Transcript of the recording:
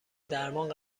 درمان